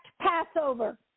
Passover